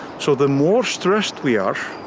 so the more stressed we are,